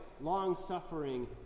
long-suffering